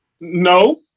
No